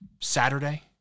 Saturday